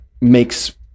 makes